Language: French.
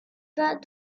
pas